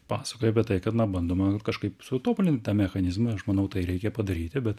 pasakoja apie tai kad na bandoma va kažkaip sutobulint tą mechanizmą ir aš manau tai reikia padaryti bet